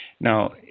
Now